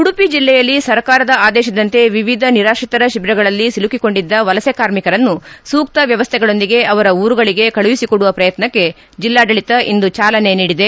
ಉಡುಪಿ ಜಿಲ್ಲೆಯಲ್ಲಿ ಸರ್ಕಾರದ ಆದೇಶದಂತೆ ವಿವಿಧ ನಿರಾತ್ರಿತರ ತಿಬಿರಗಳಲ್ಲಿ ಸಿಲುಕಿಕೊಂಡಿದ್ದ ವಲಸೆ ಕಾರ್ಮಿಕರನ್ನು ಸೂಕ್ತ ವ್ಯವಸ್ಥೆಗಳೊಂದಿಗೆ ಅವರ ಊರುಗಳಿಗೆ ಕಳುಹಿಸಿಕೊಡುವ ಪ್ರಯತ್ನಕ್ಷೆ ಜಿಲ್ಲಾಡಳಿತ ಇಂದು ಚಾಲನೆ ನೀಡಿದೆ